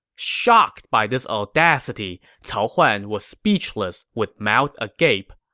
shocked by this audacity, cao huan was speechless with mouth agape.